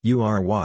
U-R-Y